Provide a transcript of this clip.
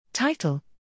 Title